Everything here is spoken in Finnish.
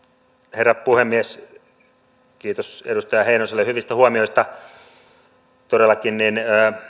herra puhemies kiitos edustaja heinoselle hyvistä huomioista todellakin